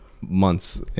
Months